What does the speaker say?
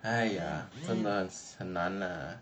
!aiya! 真的很难 uh